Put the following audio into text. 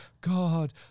God